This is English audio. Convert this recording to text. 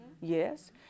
Yes